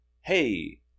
hey –